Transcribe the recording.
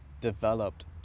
developed